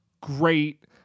great